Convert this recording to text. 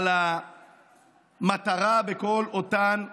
אבל המטרה בכל אותן הפגנות,